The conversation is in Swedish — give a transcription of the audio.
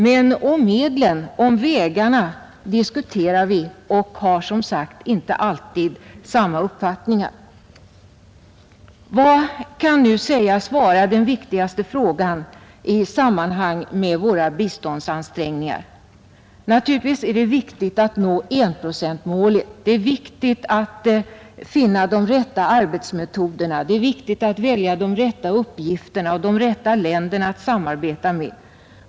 Men om medlen, vägarna diskuterar vi, och vi har som sagt inte alltid samma uppfattningar. Vad kan nu sägas vara den viktigaste frågan i samband med våra biståndsansträngningar? Naturligtvis är det viktigt att nå enprocentsmålet, det är viktigt att finna de rätta arbetsmetoderna, det är viktigt att välja de rätta uppgifterna och de rätta länderna att samarbeta med.